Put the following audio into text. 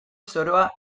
zoroa